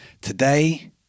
Today